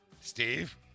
Steve